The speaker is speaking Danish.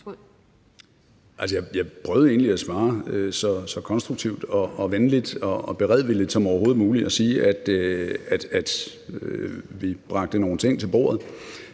jeg prøvede egentlig at svare så konstruktivt, venligt og beredvilligt som overhovedet muligt. Og jeg sagde, at vi bragte nogle ting til bordet,